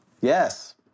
Yes